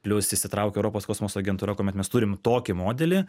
plius įsitraukė europos kosmoso agentūra kuomet mes turim tokį modelį